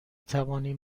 توانیم